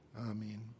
Amen